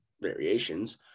variations